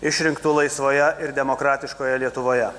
išrinktu laisvoje ir demokratiškoje lietuvoje